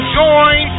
join